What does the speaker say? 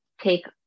take